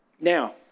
Now